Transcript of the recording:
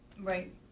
Right